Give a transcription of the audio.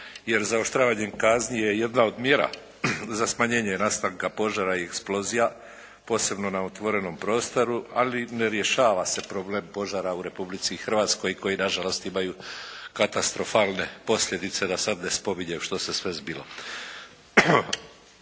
jer zaoštravanje kazni je jedna od mjera za smanjenje nastanka požara i eksplozija posebno na otvorenom prostoru. Ali ne rješava se problem u Republici Hrvatskoj koji na žalost imaju katastrofalne posljedice da sad ne spominjem što se sve zbilo.